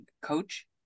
coach